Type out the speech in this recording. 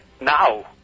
now